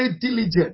diligent